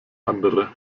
andere